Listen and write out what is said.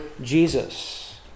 Jesus